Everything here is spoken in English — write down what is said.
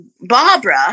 Barbara